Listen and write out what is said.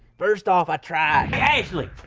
first off i tried. hey ashley!